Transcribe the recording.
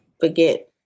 forget